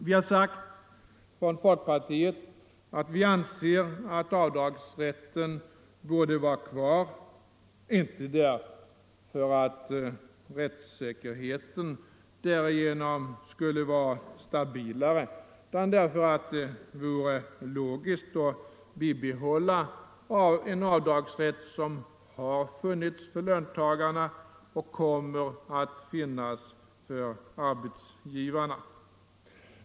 Vi inom folkpartiet anser att avdragsrätten borde vara kvar, inte därför att rättssäkerheten därigenom skulle vara stabilare men därför att det vore logiskt att för detta enda år bibehålla en avdragsrätt som har funnits för löntagarna och som kommer att finnas för arbetsgivarna.